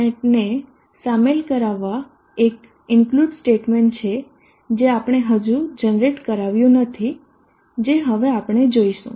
net ને સામેલ કરાવવા એક ઇન્ક્લુડ સ્ટેટમેન્ટ છે જે આપણે હજુ જનરેટ કરાવ્યું નથી જે હવે આપણે જોઈશું